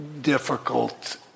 difficult